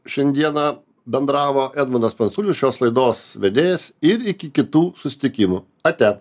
šiandieną bendravo edmundas pranculis šios laidos vedėjas ir iki kitų susitikimų ate